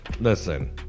listen